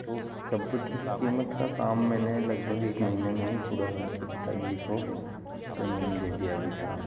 तो उस कंप्यूटर की कीमत का काम मैंने लगभग एक महीने में ही पूरा करके पिता जी को पेमेंट दे दिया भी था